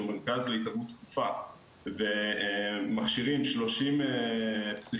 מרכז להתערבות דחופה ומכשירים 30 פסיכיאטרים,